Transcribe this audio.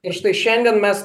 ir štai šiandien mes